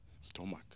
stomach